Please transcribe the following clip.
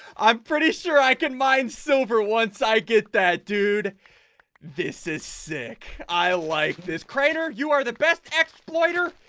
i'm pretty sure i can mind silver once i get that dude this is sick. i like this crater. you are the best exploiter.